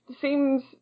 seems